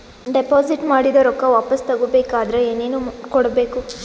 Deposit ಮಾಡಿದ ರೊಕ್ಕ ವಾಪಸ್ ತಗೊಬೇಕಾದ್ರ ಏನೇನು ಕೊಡಬೇಕು?